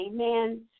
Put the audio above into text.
Amen